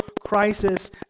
crisis